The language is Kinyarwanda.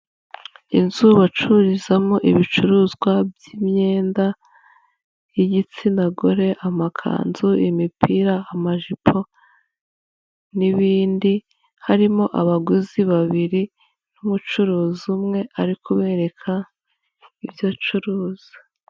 Inzu bacururizamo ibicuruzwa by'imyenda y'igitsina gore, amakanzu, imipira, amajipo, n'ibindi, harimo abaguzi babiri n'umucuruzi umwe, ari kubereka ibyo acuruza.